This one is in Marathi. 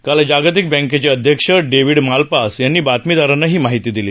काल जागतिक बँकेचे अध्यक्ष डेव्हिड मालपास यांनी बातमीदारांना ही माहिती दिली